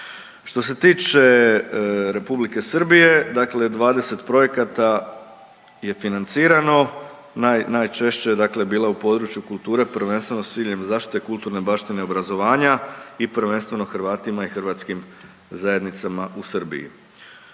Što se tiče Republike Srbije, dakle 20 projekata je financirano, najčešće dakle je bila u području kulture prvenstveno s ciljem zaštite kulturne baštine i obrazovanja i prvenstveno Hrvatima i hrvatskim zajednicama u Srbiji.